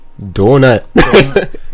donut